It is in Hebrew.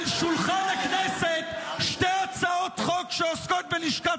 על שולחן הכנסת שתי הצעות חוק שעוסקות בלשכת